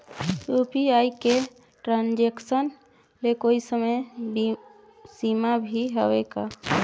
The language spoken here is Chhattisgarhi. यू.पी.आई के ट्रांजेक्शन ले कोई समय सीमा भी हवे का?